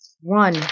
One